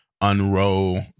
unroll